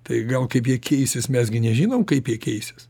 tai gal kaip jie keisis mes gi nežinom kaip keisis